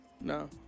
No